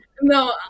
No